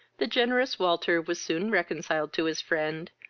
the generous walter was soon reconciled to his friend,